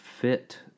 fit